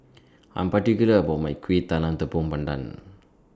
I'm particular about My Kueh Talam Tepong Pandan